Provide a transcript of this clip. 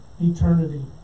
eternity